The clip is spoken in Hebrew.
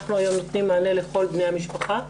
אנחנו היום נותנים מענה לכל בני המשפחה.